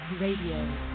Radio